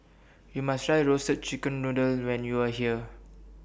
YOU must Try Roasted Chicken Noodle when YOU Are here